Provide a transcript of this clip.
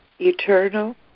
eternal